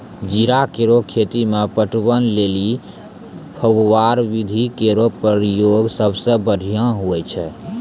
जीरा केरो खेती म पटवन लेलि फव्वारा विधि केरो प्रयोग सबसें बढ़ियां होय छै